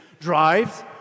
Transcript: drives